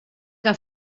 que